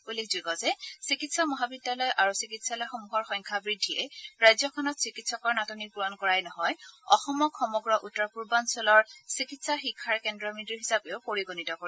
উল্লেখযোগ্য যে চিকিৎসা মহাবিদ্যালয় আৰু চিকিৎসালয়সমূহৰ সংখ্যা বৃদ্ধিয়ে ৰাজ্যখনত চিকিৎসকৰ নাটনি পূৰণ কৰাই নহয় অসমক সমগ্ৰ উত্তৰ পূৰ্বাঞ্চলৰ চিকিৎসা শিক্ষাৰ কেন্দ্ৰবিন্দু হিচাপেও পৰিগণিত কৰিব